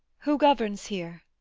who governs here?